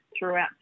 throughout